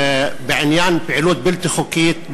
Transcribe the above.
בעניין פעילות בלתי חוקית,